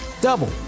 double